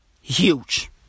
huge